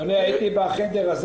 אני הייתי בחדר הזה.